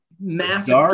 massive